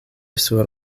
sur